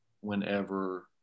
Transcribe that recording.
whenever